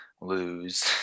lose